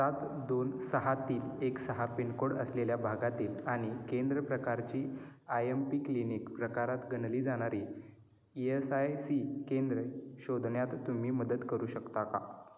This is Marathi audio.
सात दोन सहा तीन एक सहा पिन कोड असलेल्या भागातील आणि केंद्र प्रकारची आय एम पी क्लिनिक प्रकारात गणली जाणारी ई एस आय सी केंद्र शोधण्यात तुम्ही मदत करू शकता का